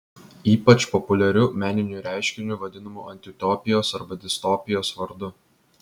ypač populiariu meniniu reiškiniu vadinamu antiutopijos arba distopijos vardu